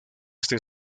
esta